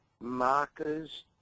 markers